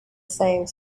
same